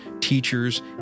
teachers